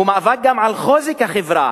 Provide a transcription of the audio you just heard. וזה גם מאבק על חוזק החברה,